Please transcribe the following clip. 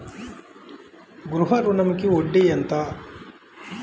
గృహ ఋణంకి వడ్డీ ఎంత?